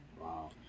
Wow